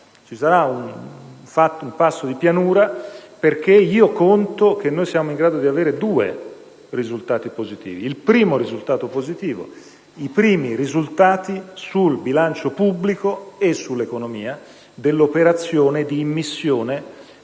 un passo di pianura, perché io conto che saremo in grado di avere due risultati positivi. In merito al primo risultato positivo, si tratta dei primi risultati sul bilancio pubblico e sull'economia dell'operazione di immissione